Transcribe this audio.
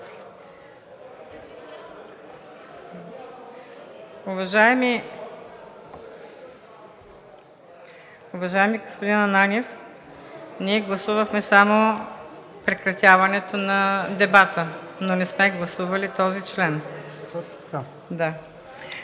Уважаеми господин Ананиев, ние гласувахме само прекратяването на дебата, но не сме гласували този член.